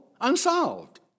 unsolved